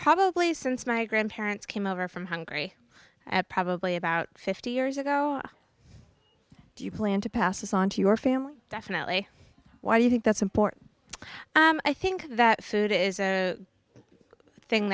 probably since my grandparents came over from hungary at probably about fifty years ago do you plan to pass this on to your family definitely why do you think that's important i think that food is thing